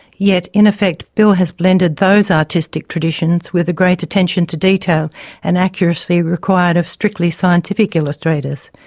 yet, in effect, bill has blended those artistic traditions with the great attention to detail and accuracy required of strictly scientific illustrators.